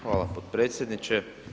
Hvala potpredsjedniče.